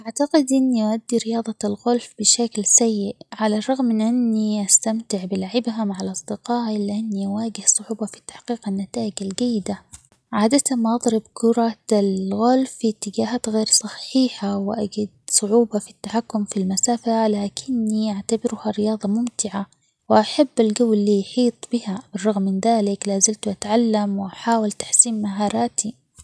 أعتقد إني أؤدي رياضة الغولف بشكل سيء على الرغم من أني أستمتع بلعبها مع الأصدقاء إلا أني أواجه صعوبة في تحقيق النتايج الجيدة، عادةً ما أضرب كرة الغولف في اتجاهات غير صحيحة وأجد صعوبة في التحكم في المسافة لكني أعتبرها رياضة ممتعة وأحب الجو اللي يحيط بها بالرغم من ذلك لا زلت أتعلم وأحاول تحسين مهاراتي.